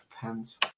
pens